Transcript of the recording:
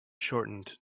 shortened